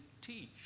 teach